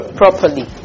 properly